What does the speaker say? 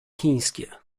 chińskie